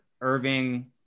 Irving